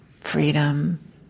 freedom